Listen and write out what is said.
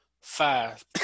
five